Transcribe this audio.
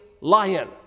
lion